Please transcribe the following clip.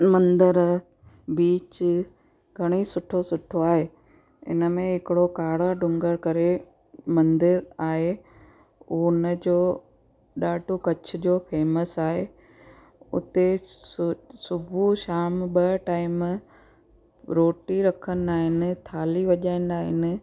मंदिर बीच घणेई सुठो सुठो आए इनमें हिकिड़ो काड़ा डुंगर करे मंदिर आहे उ उनजो ॾाढो कच्छ जो फेमस आहे उते सु सुबुह शाम ॿ टाइम रोटी रखंदा आहिनि थाली वजाईंदा आहिनि